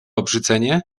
obrzydzenie